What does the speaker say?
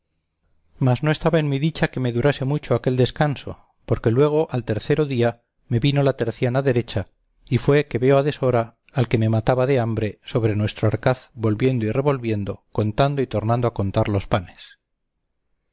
mas no estaba en mi dicha que me durase mucho aquel descanso porque luego al tercero día me vino la terciana derecha y fue que veo a deshora al que me mataba de hambre sobre nuestro arcaz volviendo y revolviendo contando y tornando a contar los panes